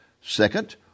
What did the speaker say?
Second